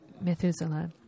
Methuselah